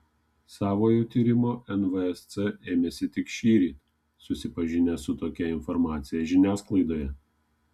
savojo tyrimo nvsc ėmėsi tik šįryt susipažinę su tokia informacija žiniasklaidoje